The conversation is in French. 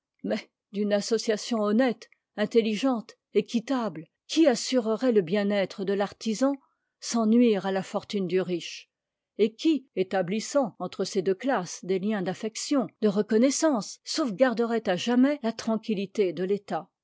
d'une association honnête intelligente équitable qui assurerait le bien-être de l'artisan sans nuire à la fortune du riche et qui établissant entre ces deux classes des liens d'affection de reconnaissance sauvegarderait à jamais la tranquillité de l'état